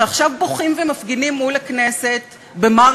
שעכשיו בוכים ומפגינים מול הכנסת במר